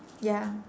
ya